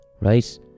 right